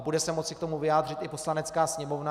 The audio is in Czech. Bude se moci k tomu vyjádřit i Poslanecká sněmovna.